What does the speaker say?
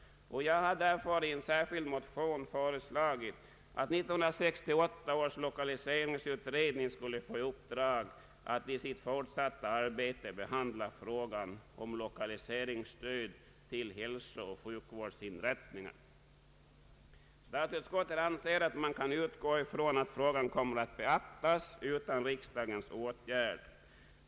Jag har därför i en särskild motion föreslagit att 1968 års lokaliseringsutredning skulle få i uppdrag att i sitt fortsatta arbete behandla frågan om lokaliseringsstöd till hälsooch sjukvårdsinrättningar. Statsutskottet anser att man kan utgå ifrån att frågan kommer att beaktas utan någon riksdagens åtgärd.